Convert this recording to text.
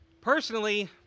Personally